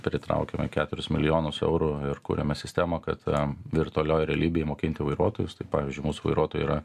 pritraukiamė keturis milijonus eurų ir kuriame sistemą kad am virtualioj realybėj mokinti vairuotojus tai pavyzdžiui mūsų vairuotojai yra